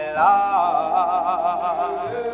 love